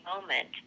moment